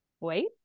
Wait